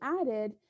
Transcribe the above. added